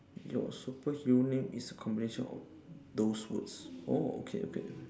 your superhero name is a combination of those words oh okay okay